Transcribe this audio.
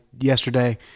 yesterday